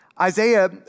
Isaiah